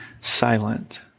silent